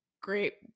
great